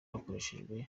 hakoreshejwe